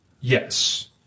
Yes